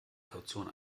kaution